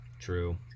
True